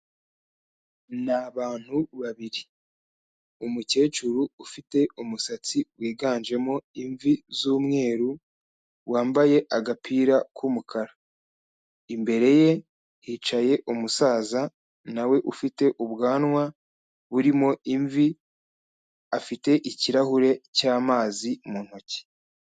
Ni abantu babiri, umukecuru ufite umusatsi wiganjemo imvi z'umweru, wambaye agapira k'umukara, imbere ye hicaye umusaza nawe ufite ubwanwa burimo imvi, afite ikirahure cy'amazi mu ntoki.